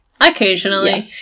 occasionally